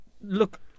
look